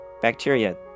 bacteria